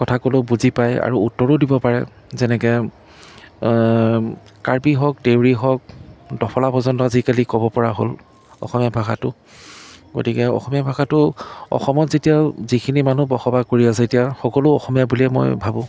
কথা ক'লেও বুজি পায় আৰু উত্তৰো দিব পাৰে যেনেকৈ কাৰ্বি হওক দেউৰী হওক ডফলা পৰ্যন্ত আজিকালি ক'ব পৰা হ'ল অসমীয়া ভাষাটো গতিকে অসমীয়া ভাষাটো অসমত যেতিয়া যিখিনি মানুহ বসবাস কৰি আছে এতিয়া সকলো অসমীয়া বুলিয়ে মই ভাবোঁ